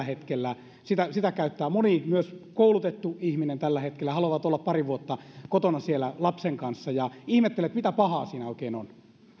hetkellä sitä käyttää myös moni koulutettu ihminen tällä hetkellä he haluavat olla pari vuotta kotona lapsen kanssa ihmettelen mitä pahaa siinä oikein on